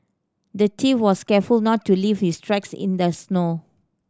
the thief was careful to not leave his tracks in the snow